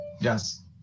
Yes